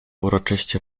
uroczyście